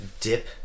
dip